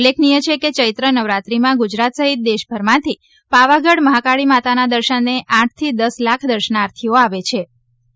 ઉલ્લેખનીય છે કે ચૈત્ર નવરાત્રિમાં ગુજરાત સહિત દેશભરમાંથી પાવાગઢ મહાકાળી માતાના દર્શનાર્થે આઠથી દસ લાખ દર્શનાર્થીઓ આવેછે